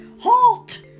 Halt